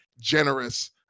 Generous